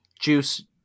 juice